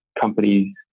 companies